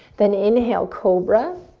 then inhale, cobra,